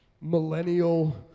millennial